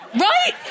right